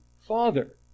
Father